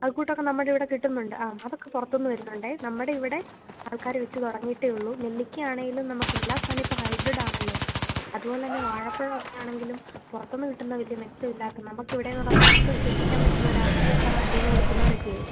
അതുകൂട്ടൊക്കെ നമ്മുടെ ഇവിടെ കിട്ടുന്നുണ്ട് ആ അതൊക്കെ പുറത്ത് നിന്ന് വരുന്നുണ്ട് നമ്മുടെ ഇവിടെ ആള്ക്കാർ വെച്ച് തുടങ്ങിയിട്ടേ ഉള്ളു നെല്ലിയ്ക്ക ആണേലും നമുക്ക് എല്ലാ സമയം ഇപ്പം ഹൈബ്രിഡാണല്ലോ അതുപോലെ തന്നെ വാഴപ്പഴം ഒക്കെ ആണെങ്കിലും പുറത്ത് നിന്ന് കിട്ടുന്നത് വലിയ മെച്ചം ഇല്ലാത്തത് നമുക്ക് ഇവിടെ എന്ന് പറഞ്ഞാൽ നമുക്ക് വിശ്വസിക്കാന് പറ്റുന്നവരാണ് നമ്മുടെ നാട്ടിൽ നിന്ന് കൊടുക്കുന്നവരൊക്കെ